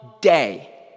day